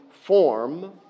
form